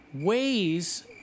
ways